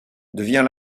devient